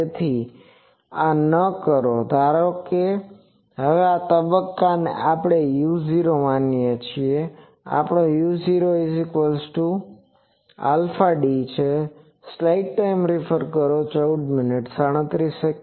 તેથી આ ન કરો ધારો કે હવે તબ્બકા ને આપણે u0 માનીએ છીએ આપણો u0αd છે